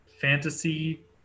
fantasy